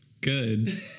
good